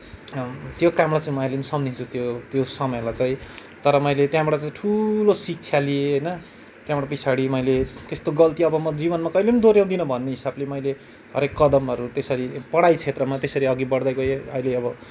त्यो कामलाई चाहिँ म अहिले पनि सम्झिन्छु त्यो समयलाई चाहिँ तर मैले त्यहाँबाट चाहिँ ठुलो शिक्षा लिएँ होइन त्यहाँबाट पिछाडि अब मैले त्यस्तो गल्ती अब म जीवनमा कहिले पनि दोहोऱ्याउदिन भन्ने हिसाबले मैले हरेक कदमहरू त्यसरी पढाई क्षेत्रमा त्यसरी अघि बढदै गएँ अहिले अब